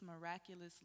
miraculously